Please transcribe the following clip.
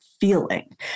feeling